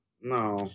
no